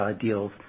deals